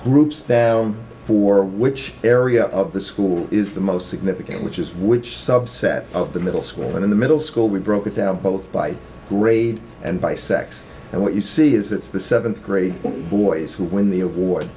groups that for which area of the school is the most significant which is which subset of the middle school and in the middle school we broke it down both by grade and by sex and what you see is it's the seventh grade boys who win the award